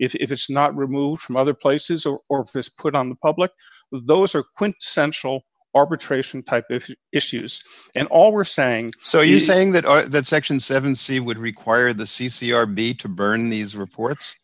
if it's not removed from other places or if this put on the public those are quintessential arbitration type if you issues and all were saying so you're saying that that section seven c would require the c c r be to burn these reports